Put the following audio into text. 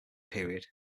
period